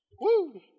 Woo